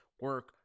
Work